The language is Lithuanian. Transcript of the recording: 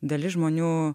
dalis žmonių